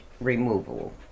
removal